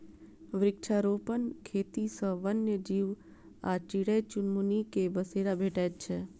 वृक्षारोपण खेती सॅ वन्य जीव आ चिड़ै चुनमुनी के बसेरा भेटैत छै